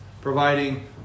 providing